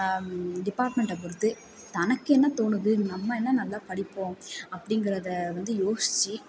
டிப்பார்ட்மெண்ட்டை பொறுத்து தனக்கு என்ன தோணுது நம்ம என்ன நல்லா படிப்போம் அப்படிங்கிறத வந்து யோசிச்சு